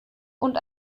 und